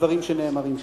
הדברים שנאמרים שם.